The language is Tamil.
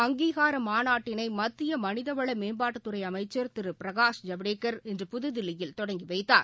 அங்கீகாரமாநாட்டினைமத்தியமனிதவளமேம்பாட்டுத்துறைஅமைச்சா் சர்வதேச திருபிரகாஷ் ஜவடேக்கர் இன்று புதுதில்லியில் தொடங்கிவைத்தார்